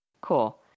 cool